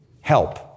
help